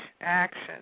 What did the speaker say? action